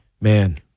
Man